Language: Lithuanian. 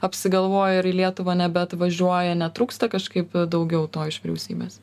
apsigalvoja ir į lietuvą nebeatvažiuoja netrūksta kažkaip daugiau to iš vyriausybės